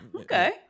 Okay